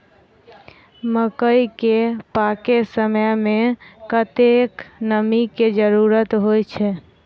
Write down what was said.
मकई केँ पकै समय मे कतेक नमी केँ जरूरत होइ छै?